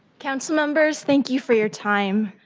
councilmembers, thank you for your time.